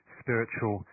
spiritual